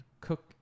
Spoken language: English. cook